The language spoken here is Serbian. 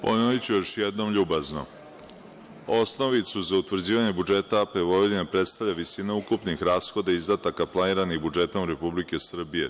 Ponoviću još jednom ljubazno – osnovicu za utvrđivanje budžeta AP Vojvodinu predstavlja visina ukupnih rashoda i izdataka planiranih budžetom Republike Srbije.